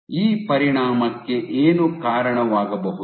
ಈ ಪರಿಣಾಮಕ್ಕೆ ಏನು ಕಾರಣವಾಗಬಹುದು